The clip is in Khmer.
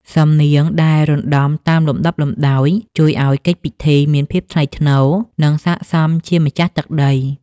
សំនៀងដែលរណ្ដំតាមលំដាប់លំដោយ ជួយឱ្យកិច្ចពិធីមានភាពថ្លៃថ្នូរ និងសក្ដិសមជាម្ចាស់ទឹកដី។